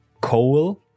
coal